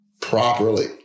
properly